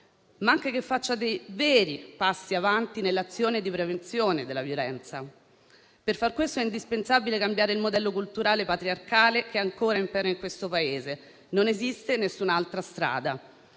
si sostanzia la violenza, ma anche nell'azione di prevenzione della violenza. Per far questo è indispensabile cambiare il modello culturale patriarcale che ancora impera in questo Paese; non esiste nessun'altra strada.